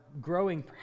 growing